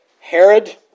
Herod